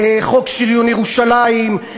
חוק שריון ירושלים,